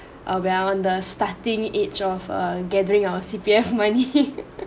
err well on the starting age of err gathering our C_P_F money